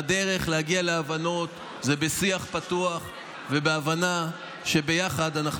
והדרך להגיע להבנות זה בשיח פתוח ובהבנה שביחד אנחנו